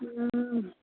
हूंँ